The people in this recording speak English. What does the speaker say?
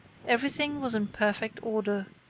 everything was in perfect order.